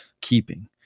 keeping